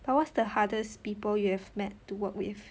but what's the hardest people you've met to work with